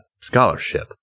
scholarship